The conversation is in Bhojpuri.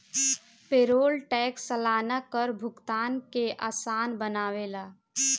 पेरोल टैक्स सलाना कर भुगतान के आसान बनावेला